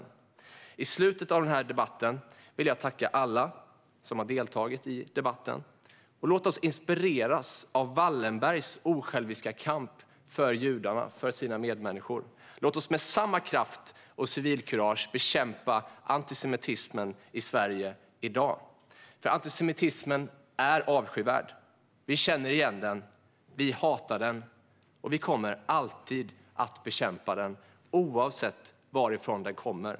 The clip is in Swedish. Så här i slutet av denna debatt vill jag tacka alla som har deltagit. Låt oss inspireras av Wallenbergs osjälviska kamp för judarna och för sina medmänniskor. Låt oss med samma kraft och civilkurage bekämpa antisemitismen i Sverige i dag, för antisemitismen är avskyvärd. Vi känner igen den, vi hatar den och vi kommer alltid att bekämpa den, oavsett varifrån den kommer.